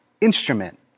instrument